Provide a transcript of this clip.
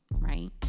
right